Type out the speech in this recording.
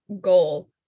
goal